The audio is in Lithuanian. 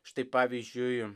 štai pavyzdžiui